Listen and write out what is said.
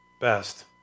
best